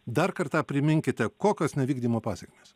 dar kartą priminkite kokios nevykdymo pasekmės